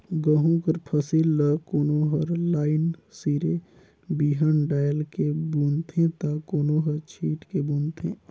गहूँ कर फसिल ल कोनो हर लाईन सिरे बीहन डाएल के बूनथे ता कोनो हर छींट के बूनथे